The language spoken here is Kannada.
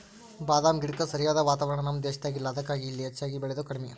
ಬಾದಾಮ ಗಿಡಕ್ಕ ಸರಿಯಾದ ವಾತಾವರಣ ನಮ್ಮ ದೇಶದಾಗ ಇಲ್ಲಾ ಅದಕ್ಕಾಗಿ ಇಲ್ಲಿ ಹೆಚ್ಚಾಗಿ ಬೇಳಿದು ಕಡ್ಮಿ